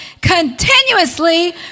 continuously